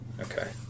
okay